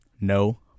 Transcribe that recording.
No